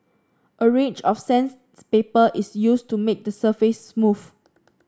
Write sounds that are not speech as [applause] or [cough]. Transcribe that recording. a range of [unintelligible] is used to make the surface smooth